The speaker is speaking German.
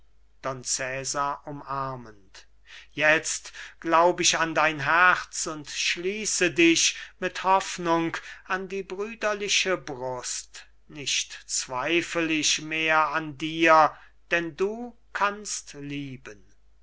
umarmend jetzt glaub ich an dein herz und schließe dich mit hoffnung an die brüderliche brust nicht zweifl ich mehr an dir denn du kannst lieben